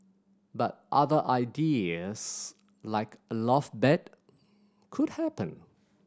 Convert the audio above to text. but other ideas like a loft bed could happen